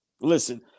Listen